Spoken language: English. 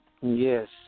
Yes